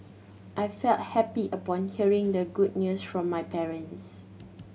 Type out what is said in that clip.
I felt happy upon hearing the good news from my parents